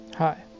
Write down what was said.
Hi